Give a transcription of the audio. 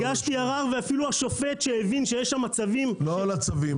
הגשתי ערר ואפילו השופט שהבין שיש שם צווים --- לא על הצווים,